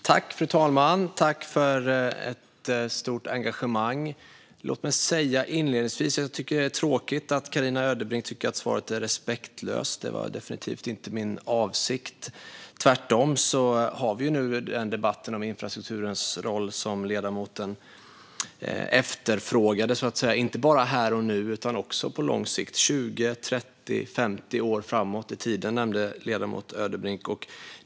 Fru talman! Jag tackar för ett stort engagemang. Låt mig inledningsvis säga att jag tycker att det är tråkigt att Carina Ödebrink tycker att svaret är respektlöst. Det var definitivt inte min avsikt. Tvärtom har vi nu den debatt om infrastrukturens roll som ledamoten efterfrågade. Och den gäller inte bara här och nu utan också på lång sikt - 20, 30, 50 år framåt i tiden nämnde ledamoten Ödebrink.